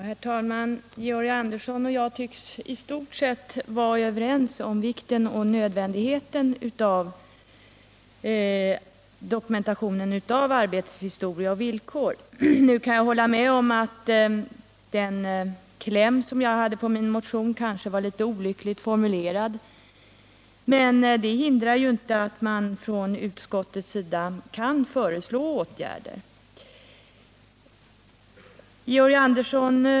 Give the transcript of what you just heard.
Herr talman! Georg Andersson och jag tycks i stort sett vara överens om vikten och nödvändigheten av dokumentation om arbetets historia och villkor. Nu kan jag hålla med om att klämmen i min motion kanske var litet olyckligt formulerad, men det hindrade ju inte att man från utskottets sida kunde ha föreslagit åtgärder.